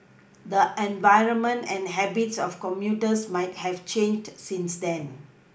the environment and habits of commuters might have changed since then